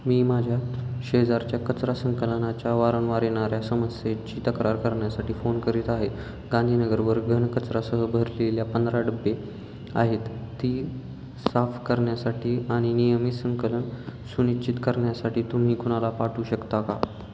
मी माझ्या शेजारच्या कचरा संकलनाच्या वारंवार येणाऱ्या समस्येची तक्रार करण्यासाठी फोन करीत आहे गांधीनगरवर घनकचरासह भरलेल्या पंधरा डब्बे आहेत ती साफ करण्यासाठी आणि नियमित संकलन सुनिश्चित करण्यासाठी तुम्ही कुणाला पाठवू शकता का